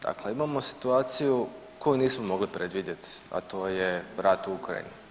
Dakle, imamo situaciju koju nismo mogli predvidjeti, a to j rat u Ukrajini.